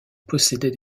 possédait